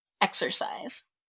Exercise